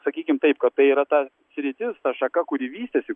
sakykim taip kad tai yra ta sritis ta šaka kuri vystėsi